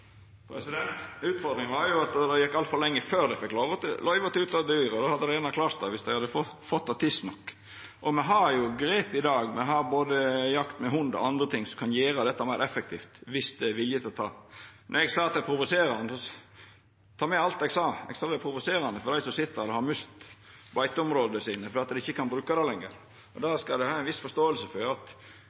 Utfordringa var at det gjekk altfor lang tid før dei fekk løyve til å ta ut det dyret, og dei hadde gjerne klart det viss dei hadde fått det tidsnok. Me har jo grep i dag: Me har både jakt med hund og andre ting som kan gjera dette meir effektivt, viss det er vilje til det. Når eg sa at det er provoserande – ta med alt eg sa: Eg sa det var provoserande for dei som sit der og har mista beiteområda sine fordi dei ikkje kan bruka dei lenger. Då skal det vera ei viss forståing for at